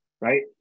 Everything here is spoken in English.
right